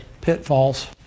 pitfalls